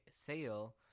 sale